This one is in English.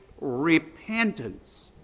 repentance